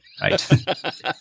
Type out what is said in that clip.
Right